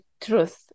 truth